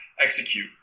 execute